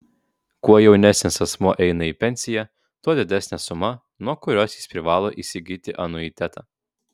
kuo jaunesnis asmuo eina į pensiją tuo didesnė suma nuo kurios jis privalo įsigyti anuitetą